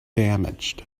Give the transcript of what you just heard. damaged